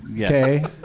Okay